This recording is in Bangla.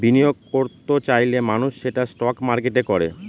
বিনিয়োগ করত চাইলে মানুষ সেটা স্টক মার্কেটে করে